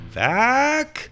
back